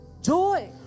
Joy